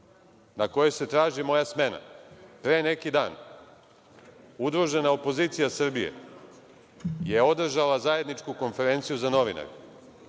na kojoj se traži moja smena, pre neki dan udružena opozicija Srbije je održala zajedničku konferenciju za novinare